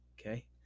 Okay